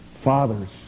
Fathers